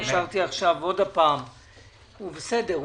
התקשרתי עכשיו שוב והוא בסדר,